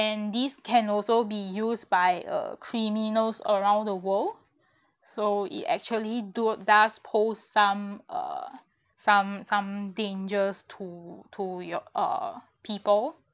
and these can also be used by uh criminals around the world so it actually do does pose some uh some some dangers to to your uh people